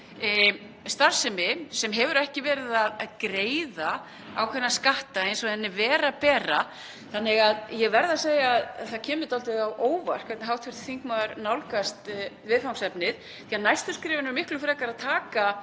starfsemi sem hefur ekki verið að greiða ákveðna skatta eins og henni ber að gera. Ég verð að segja að það kemur dálítið á óvart hvernig hv. þingmaður nálgast viðfangsefnið því að næstu skrefin er þau að taka